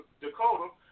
Dakota